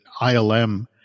ILM